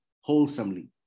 wholesomely